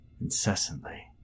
incessantly